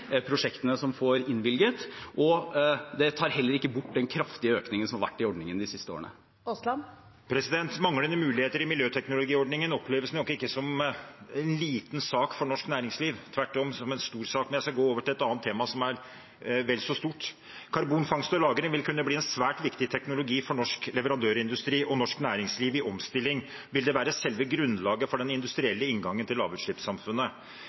prosjektene som får innvilget støtte, og det tar heller ikke bort den kraftige økningen som har vært i ordningen de siste årene. Det åpnes for oppfølgingsspørsmål – først Terje Aasland. Manglende muligheter i miljøteknologiordningen oppleves nok ikke som en «liten» sak for norsk næringsliv, men tvert om som en stor sak. Men jeg skal gå over til et annet tema, som er vel så stort: Karbonfangst og -lagring vil kunne bli en svært viktig teknologi for norsk leverandørindustri og norsk næringsliv i omstilling; det vil være selve grunnlaget for den industrielle inngangen til lavutslippssamfunnet.